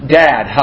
dad